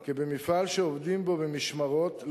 כי במפעל שעובדים בו במשמרות,